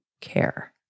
care